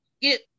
get